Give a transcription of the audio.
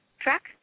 track